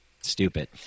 stupid